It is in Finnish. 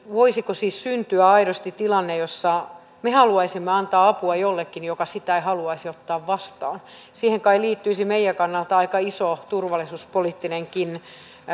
voisiko siis syntyä aidosti tilanne jossa me haluaisimme antaa apua jollekin joka sitä ei haluaisi ottaa vastaan siihen kai liittyisi meidän kannalta aika iso turvallisuuspoliittinenkin